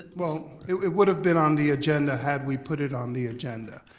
well it would've been on the agenda had we put it on the agenda.